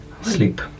Sleep